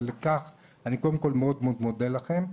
ועל כך אני קודם כל מאוד מאוד מודה לכם.